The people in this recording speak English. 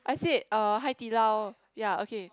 I said uh Hai-Di-Lao ya okay